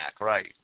right